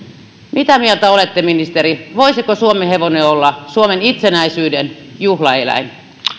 mitä mieltä olette ministeri voisiko suomenhevonen olla suomen itsenäisyyden juhlaeläin